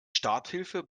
starthilfe